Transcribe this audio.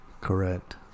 Correct